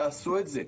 תעשו את זה.